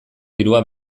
dirua